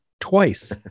twice